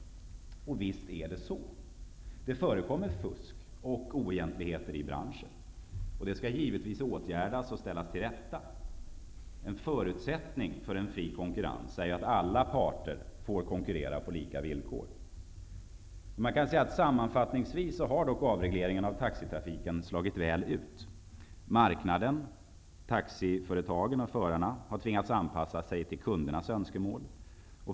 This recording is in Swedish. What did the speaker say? Och visst är det så! Det förekommer fusk och oegentligheter i branschen. Det skall givetvis åtgärdas och ställas till rätta. En förutsättning för en fri konkurrens är att alla parter får konkurrera på lika villkor. Sammanfattningsvis har dock avregleringen av taxitrafiken slagit väl ut. Marknaden -- taxiföretagen och förarna -- har tvingats anpassa sig till kundernas önskemål.